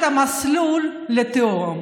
המסלול לתהום?